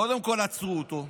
קודם כול עצרו אותו,